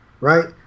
Right